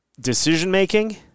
decision-making